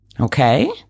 Okay